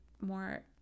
more